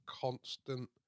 constant